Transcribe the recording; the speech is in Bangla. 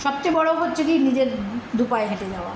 সবচেয়ে বড়ো হচ্ছে কি নিজের দু পায়ে হেঁটে যাওয়া